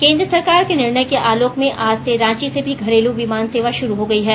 केंद्र सरकार के निर्णय के आलोक में आज से रांची से भी घरेल विमान सेवा षुरू हो गई है